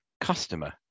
customer